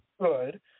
good